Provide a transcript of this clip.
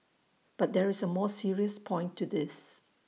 but there is A more serious point to this